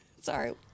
Sorry